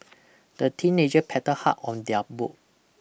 the teenager paddle hard on their boat